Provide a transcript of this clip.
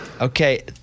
Okay